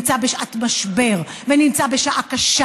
נמצא בשעת משבר ונמצא בשעה קשה.